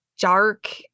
dark